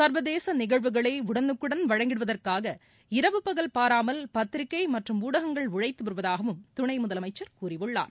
சர்வதேச நிகழ்வுகளை உடனுக்குடன் வழங்கிடுவதற்காக இரவு பகல் பாராமல் பத்திரிகை மற்றும் ஊடகங்கள் உழைத்து வருவதாகவும் துணை முதலமைச்சர் கூறியுள்ளார்